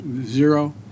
zero